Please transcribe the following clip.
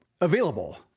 available